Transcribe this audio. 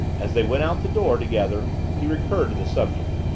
as they went out the door together he recurred to the subject.